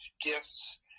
gifts